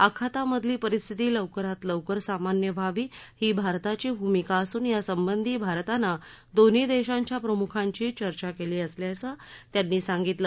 आखातामधली परिस्थिती लवकरात लवकर सामान्य व्हावी ही भारताची भूमिका असून यासंबंधी भारतानं दोन्ही देशांच्या प्रमुखांची चर्चा केली असल्याचं त्यांनी सांगितलं